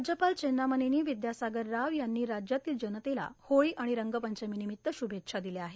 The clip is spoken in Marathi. राज्यपाल चेन्नमनेनी र्विद्यासागर राव यांनी राज्यातील जनतेला होळी आर्गाण रंगपंचमीनिर्मित्त शुभेच्छा दिल्या आहेत